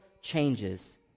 changes